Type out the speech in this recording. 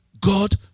God